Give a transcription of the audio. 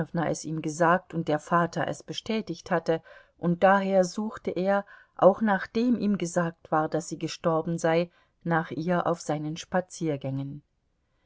ihm gesagt und der vater es bestätigt hatte und daher suchte er auch nachdem ihm gesagt war daß sie gestorben sei nach ihr auf seinen spaziergängen